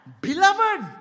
beloved